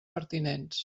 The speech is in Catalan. pertinents